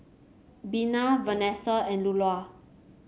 Bena Venessa and Lulla